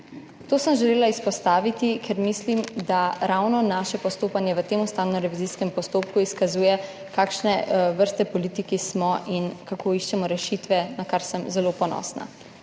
To sem želela izpostaviti, ker mislim, da ravno naše postopanje v tem ustavnorevizijskem postopku izkazuje, kakšne vrste politiki smo in kako iščemo rešitve, na kar sem zelo ponosna.